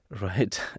right